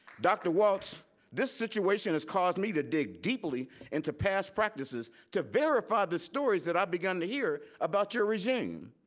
dr. walts this situation has caused me to dig deeply into past practices to verify the stories that i began to hear about your resume.